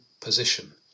position